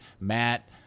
Matt